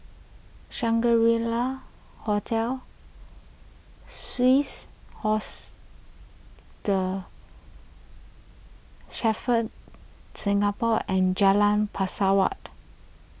Shangri La Hotel Swiss the Singapore and Jalan Pesawat